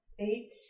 Eight